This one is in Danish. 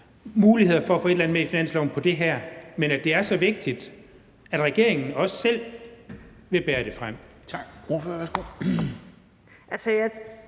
muligheder for at få et eller andet med i finansloven på det her – altså at det er så vigtigt, at regeringen også selv vil bære det frem? Kl.